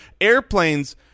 airplanes